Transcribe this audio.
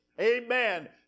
amen